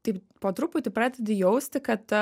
taip po truputį pradedi jausti kad